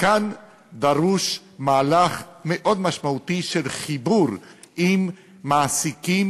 כאן דרוש מהלך מאוד משמעותי של חיבור עם מעסיקים